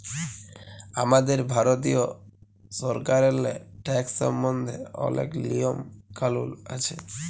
আমাদের ভারতীয় সরকারেল্লে ট্যাকস সম্বল্ধে অলেক লিয়ম কালুল আছে